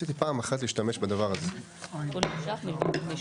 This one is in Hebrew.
אנחנו מדברים על סעיף 5